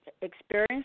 experience